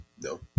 No